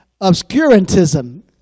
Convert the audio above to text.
obscurantism